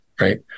right